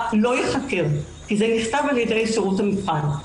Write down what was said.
לא ייחקר כי זה נכתב על ידי שירות המבחן,